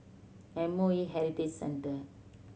M O E Heritage Centre